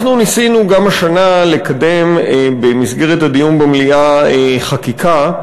אנחנו ניסינו גם השנה לקדם במסגרת הדיון במליאה חקיקה.